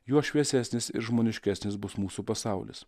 juo šviesesnis ir žmoniškesnis bus mūsų pasaulis